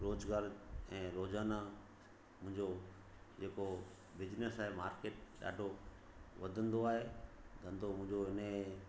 रोज़गार ऐं रोज़ाना मुंहिंजो जेको बिजिनिस आहे मार्केट ॾाढो वधंदो आहे धंधो मुंहिंजो इन